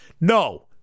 No